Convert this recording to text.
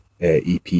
EP